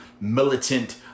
militant